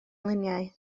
luniau